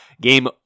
Game